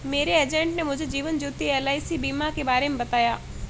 मेरे एजेंट ने मुझे जीवन ज्योति एल.आई.सी बीमा के बारे में बताया